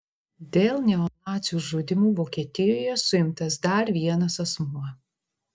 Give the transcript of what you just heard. dėl neonacių žudymų vokietijoje suimtas dar vienas asmuo